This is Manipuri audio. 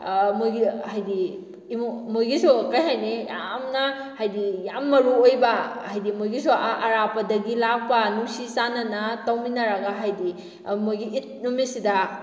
ꯃꯣꯏꯒꯤ ꯍꯥꯏꯗꯤ ꯏꯃꯨꯡ ꯃꯣꯏꯒꯤꯁꯨ ꯀꯩ ꯍꯥꯏꯅꯤ ꯌꯥꯝꯅ ꯍꯥꯏꯗꯤ ꯌꯥꯝ ꯃꯔꯨꯑꯣꯏꯕ ꯍꯥꯏꯗꯤ ꯃꯣꯏꯒꯤꯁꯨ ꯑꯥ ꯑꯔꯥꯞꯄꯗꯒꯤ ꯂꯥꯛꯄ ꯅꯨꯡꯁꯤ ꯆꯥꯟꯅꯅ ꯇꯧꯃꯤꯟꯅꯔꯒ ꯍꯥꯏꯗꯤ ꯃꯣꯏꯒꯤ ꯏꯠ ꯅꯨꯃꯤꯠꯁꯤꯗ